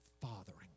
fathering